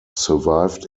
survived